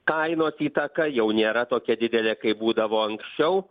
kainos įtaka jau nėra tokia didelė kaip būdavo anksčiau